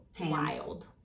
wild